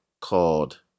called